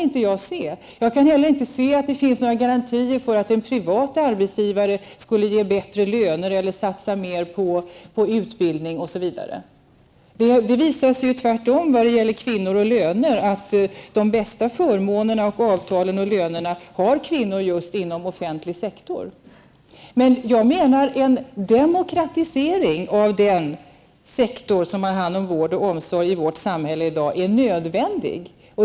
Inte heller kan jag se att det finns några garantier för att en privat arbetsgivare ger högre löner eller satsar mer på utbildning osv. Det visar sig tvärtom att just kvinnor inom offentlig sektor har de bästa förmånerna, avtalen och lönerna. Jag anser att en demokratisering av den sektor som har hand om vård och omsorg i vårt samhälle är nödvändig.